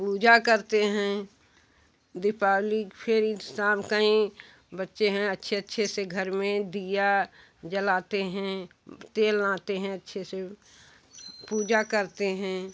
पूजा करते हैं दीपावली फिर शाम कई बच्चे हैं अच्छे अच्छे से घर में दिया जलाते हैं तेल लाते हैं अच्छे से पूजा करते हैं